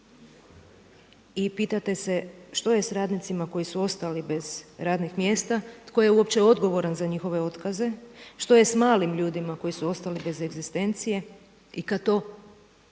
i pitate se što je s radnicima koji su ostali bez radnih mjesta, tko je je uopće odgovoran za njihove otkaze, što je s malim ljudima koji su ostali bez egzistencije. I kada to